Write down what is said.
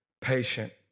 patient